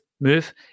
move